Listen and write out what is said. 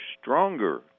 stronger